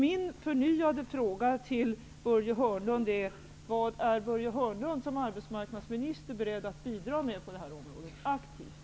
Min förnyade fråga till Börje Hörnlund är: Vad är Börje Hörnlund som arbetsmarknadsminister beredd att bidra aktivt med på detta område?